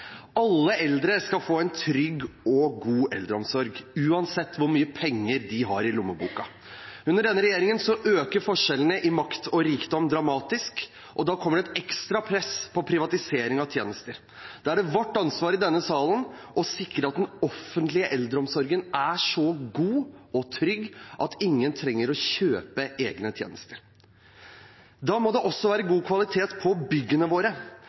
Alle eldre skal få en trygg og god eldreomsorg, uansett hvor mye penger de har i lommeboken. Under denne regjeringen øker forskjellene i makt og rikdom dramatisk, og da kommer det et ekstra press for privatisering av tjenester. Da er det vårt ansvar i denne salen å sikre at den offentlige eldreomsorgen er så god og trygg at ingen trenger å kjøpe egne tjenester. Det må også være god kvalitet på byggene våre.